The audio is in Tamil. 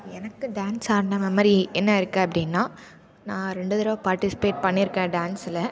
எனக்கு டான்ஸ் ஆடுன மெமரி என்ன இருக்குது அப்படின்னா நான் ரெண்டு தடவை பார்ட்டிசிபேட் பண்ணியிருக்கேன் டான்ஸ்ல